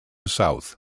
south